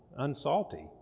unsalty